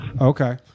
Okay